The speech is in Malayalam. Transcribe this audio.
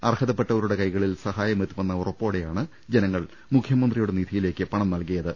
അർഹ തപ്പെട്ടവരുടെ കൈകളിൽ സഹായമെത്തുമെന്ന ഉറപ്പോടെ യാണ് ജനങ്ങൾ മുഖ്യമന്ത്രിയുടെ നിധിയിലേക്ക് പണം നൽകിയത്